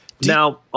Now